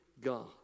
God